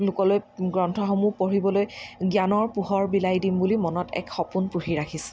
লোকলৈ গ্ৰন্থসমূহ পঢ়িবলৈ জ্ঞানৰ পোহৰ বিলাই দিম বুলি মনত এক সপোন এক পুহি ৰাখিছোঁ